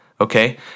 okay